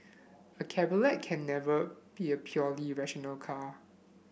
a cabriolet can never be a purely rational car